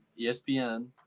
ESPN